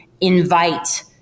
invite